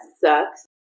sucks